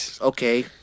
okay